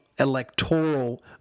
Electoral